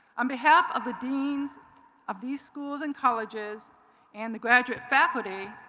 um behalf of the deans of the schools and colleges and the graduate faculty,